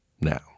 now